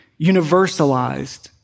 universalized